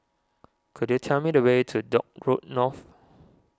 could you tell me the way to Dock Road North